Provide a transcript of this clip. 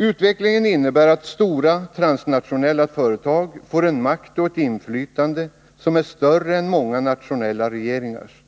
Utvecklingen innebär att stora transnationella företag får en makt och ett inflytande som är större än många nationella regeringars.